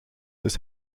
dus